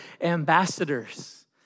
ambassadors